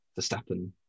Verstappen